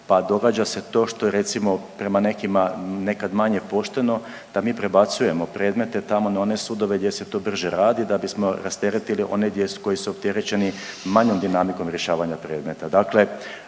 Pa događa se to što je recimo prema nekima nekad manje pošteno da mi prebacujemo predmete tamo na one sudove gdje se to brže radi da bismo rasteretili one koji su opterećeni manjom dinamikom rješavanja predmeta.